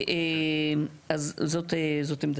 אז זאת עמדתינו.